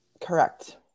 Correct